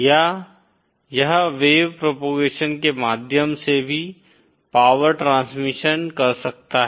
या यह wave propagation के माध्यम से भी पावर ट्रांसमिशन कर सकता है